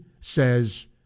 says